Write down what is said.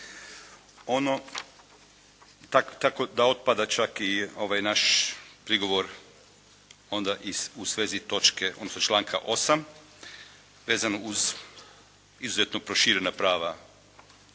Ono tako da otpada čak i ovaj naš prigovor onda u svezi točke, odnosno članka 8. vezano uz izuzetno proširena prava